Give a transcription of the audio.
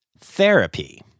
therapy